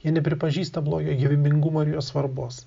jie nepripažįsta blogio gyvybingumo ir jo svarbos